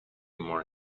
more